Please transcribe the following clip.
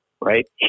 right